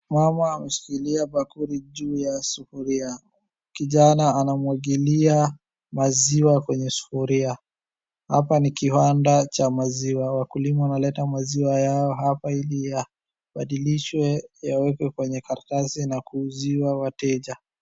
Mama ameshikila bakuli juu ya sufuria. Kijana anamwagilia maziwa kwenye sufuria. Hapa ni kiwanda cha maziwa, wakulima wanaleta maziwa yao hapa ili yabadilishwe yawekwe kwenye karatasi na kuuziwa wateja.